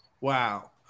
Wow